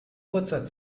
kurzer